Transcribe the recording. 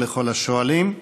ולכל השואלים.